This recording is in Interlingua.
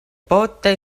pote